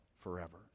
forever